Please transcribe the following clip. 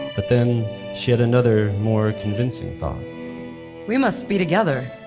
but then she had another more convincing thought we must be together.